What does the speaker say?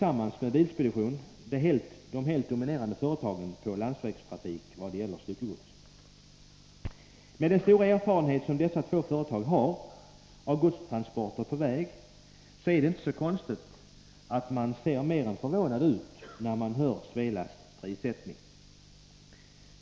ASG och Bilspedition är de helt dominerande företagen på landsvägstrafik vad gäller styckegods. Med den stora erfarenhet som dessa två företag har av godstransporter på väg är det inte så konstigt att man blir mer än förvånad när man får reda på Svelasts prissättning.